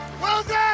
Wilson